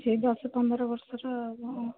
ସେଇ ଦଶ ପନ୍ଦର ବର୍ଷର